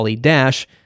Dash